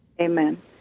Amen